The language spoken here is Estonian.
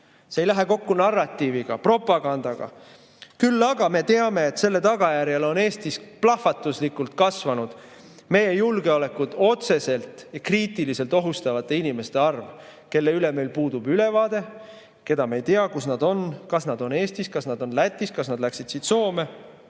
See ei läheks kokku narratiiviga, propagandaga. Küll aga me teame, et selle tagajärjel on Eestis plahvatuslikult kasvanud meie julgeolekut otseselt ja kriitilisel [määral] ohustavate inimeste arv, kelle kohta meil puudub ülevaade, keda me ei tea, kus nad on, kas nad on Eestis, kas nad on Lätis, kas nad läksid siit Soome.